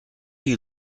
you